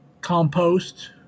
compost